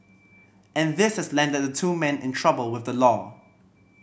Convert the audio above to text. and this has landed the two men in trouble with the law